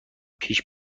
پیش